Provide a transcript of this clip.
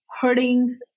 Hurting